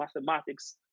mathematics